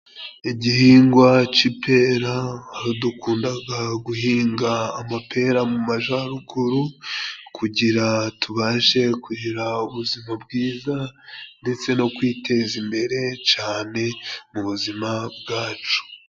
Igihingwa c'ipera aho dukundaga guhinga amapera mu majyaruguru, kugirango tubashe kugira ubuzima bwiza ndetse no kwiteza imbere cane mu buzima bwacu.